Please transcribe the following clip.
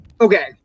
Okay